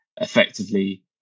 effectively